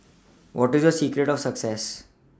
what is your secret of success